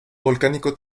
volcánico